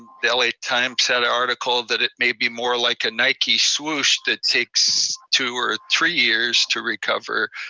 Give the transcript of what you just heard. the l a. times had an article that it may be more like a nike swoosh that takes two or three years to recover.